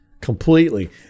completely